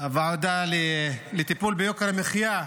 הוועדה לטיפול ביוקר המחיה.